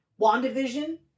WandaVision